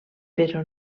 però